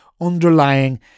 underlying